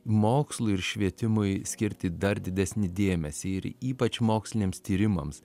mokslui ir švietimui skirti dar didesnį dėmesį ir ypač moksliniams tyrimams